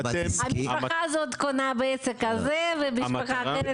המשפחה הזאת קונה בעסק הזה ומשפחה אחרת בעסק אחר.